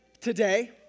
today